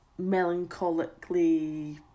melancholically